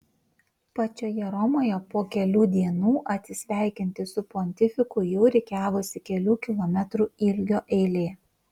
pačioje romoje po kelių dienų atsisveikinti su pontifiku jau rikiavosi kelių kilometrų ilgio eilė